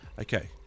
Okay